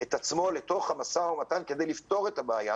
את עצמו לתוך המשא ומתן כדי לפתור את הבעיה.